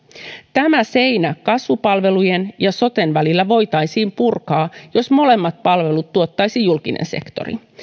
tämä seinä kasvupalvelujen ja soten välillä voitaisiin purkaa jos molemmat palvelut tuottaisi julkinen sektori